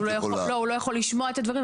הוא לא יכול לשמוע את הדברים,